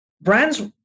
Brands